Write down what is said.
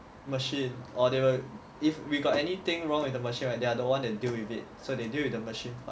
machine or the if we got anything wrong with the machine right they are the one that deal with it so they deal with the machine